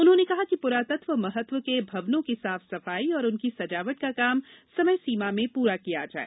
उन्होंने कहा कि पुरातत्व महत्व के भवनों की साफ सफाई और उनकी सजावट का काम समय सीमा में पूरा करें